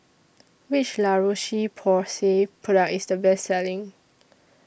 Which La Roche Porsay Product IS The Best Selling